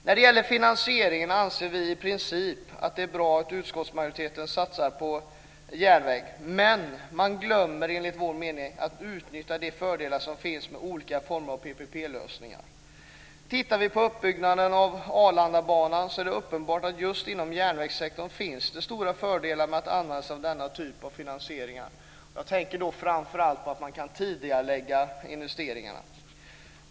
När det gäller finansieringen anser vi i princip att det är bra att utskottsmajoriteten satsar på järnväg, men man glömmer enligt vår mening att utnyttja de fördelar som finns med olika former av Tittar vi på uppbyggnaden av Arlandabanan är det uppenbart att det just inom järnvägssektorn finns stora fördelar med att använda sig av denna typ av finansiering. Jag tänker då framför allt på att man kan tidigarelägga investeringar.